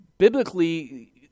Biblically